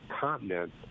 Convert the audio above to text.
continent